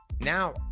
Now